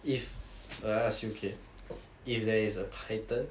if I ask you okay if there is a python